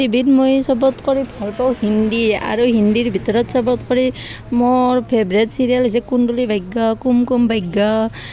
টিভিত মই চবত কৰি ভাল পাওঁ হিন্দী আৰু হিন্দীৰ ভিতৰত চবত কৰি মোৰ ফেভৰেট ছিৰিয়েল হৈছে কুণ্ডলী ভাগ্য কুমকুম ভাগ্য